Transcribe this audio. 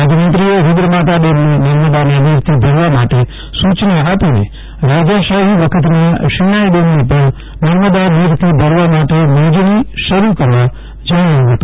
રાજયમંત્રીએ રૂવ્રાણી ડેમને નર્મદાના નીરથી ભરવા માટે સૂચના આપીને રાજાશાફી વખતના શિણાય ડેમને પણ નર્મદા નીરથી ભરવા માટે મોજણી શરૂ કરવા જણાવ્યું હતું